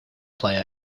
player